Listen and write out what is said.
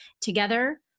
Together